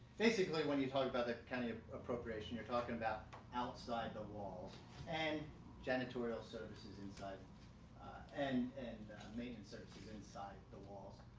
basically, when you talk about the kind of appropriation you're talking about outside the walls and janitorial services inside and and maintenance services inside the walls,